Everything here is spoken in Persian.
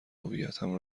هویتم